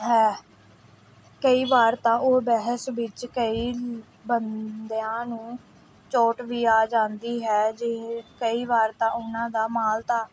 ਹੈ ਕਈ ਵਾਰ ਤਾਂ ਉਹ ਬਹਿਸ ਵਿੱਚ ਕਈ ਬੰਦਿਆਂ ਨੂੰ ਚੋਟ ਵੀ ਆ ਜਾਂਦੀ ਹੈ ਜਿਵੇਂ ਕਈ ਵਾਰ ਤਾਂ ਉਹਨਾਂ ਦਾ ਮਾਲ ਤਾਲ